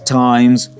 times